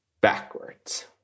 backwards